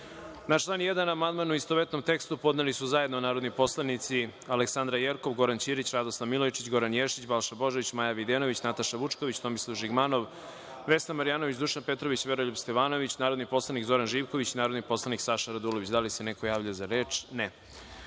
član 1. amandman, u istovetnom tekstu, podneli su zajedno narodni poslanici Aleksandra Jerkov, Goran Ćirić, Radoslav Milojičić, Goran Ješić, Balša Božović, Maja Videnović, Nataša Vučković, Tomislav Žigmanov, Vesna Marjanović, Dušan Petrović i Veroljub Stevanović, narodni poslanik Zoran Živković i narodni poslanik Saša Radulović. Da li se neko javlja za reč?